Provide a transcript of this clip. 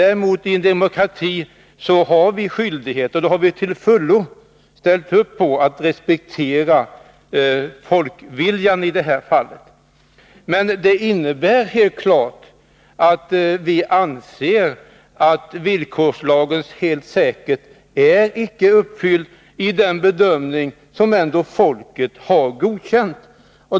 I en demokrati måste vi givetvis respektera folkviljan. Vi anser emellertid att villkorslagens krav på en helt säker slutförvaring inte är uppfyllt.